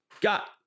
got